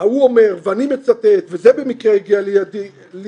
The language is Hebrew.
ההוא אומר ואני מצטט ו'זה במקרה הגיע לידיעתי',